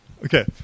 Okay